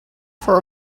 for